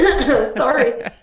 sorry